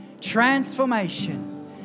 Transformation